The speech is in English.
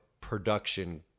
production